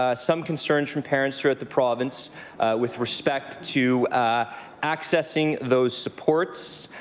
ah some concerns from parents throughout the province with respect to accessing those supports.